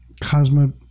cosmo-